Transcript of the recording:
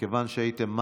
מכיוון שהייתם minded,